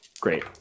great